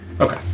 Okay